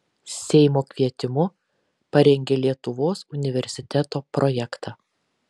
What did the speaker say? seimo kvietimu parengė lietuvos universiteto projektą